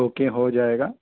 okay हो जाएगा